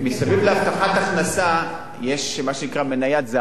מסביב להבטחת הכנסה יש, מה שנקרא, מניית זהב.